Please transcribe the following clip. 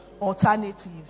alternative